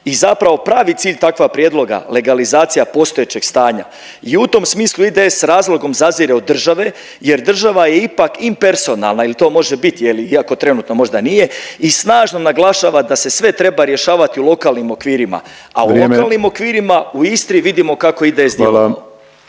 i zapravo pravi cilj takva prijedloga legalizacija postojećeg stanja i u tom smislu IDS s razlogom zazire od države jer država je ipak impersonalna ili to može bit je li iako trenutno možda nije i snažno naglašava da se sve treba rješavati u lokalnim okvirima… …/Upadica Penava: Vrijeme./… …a u lokalnim okvirima u Istri vidimo kako IDS djeluje.